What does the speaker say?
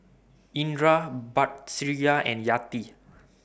Indra Batrisya and Yati